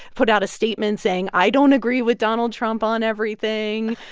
put out a statement saying, i don't agree with donald trump on everything.